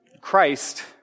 Christ